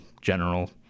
general